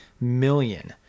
million